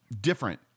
different